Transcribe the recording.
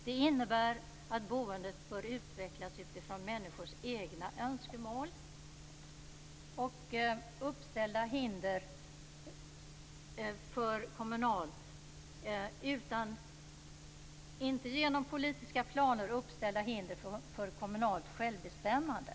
Det innebär att boendet bör utvecklas utifrån människors egna önskemål och inte genom politiska planer och uppställda hinder för kommunalt självbestämmande.